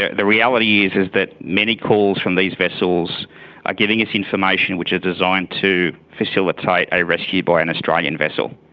the reality is is that many calls from these vessels are giving us information which are designed to facilitate a rescue by an australian vessel.